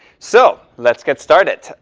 so let's get started.